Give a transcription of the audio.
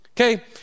Okay